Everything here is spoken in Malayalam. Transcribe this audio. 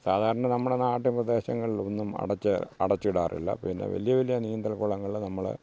സാധാരണ നമ്മുടെ നാട്ടിൻ പ്രദേശങ്ങളിൽ ഒന്നും അടച്ച് അടച്ചിടാറില്ല പിന്നെ വലിയ വലിയ നീന്തൽ കുളങ്ങൾ നമ്മൾ